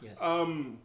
yes